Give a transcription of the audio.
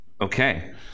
Okay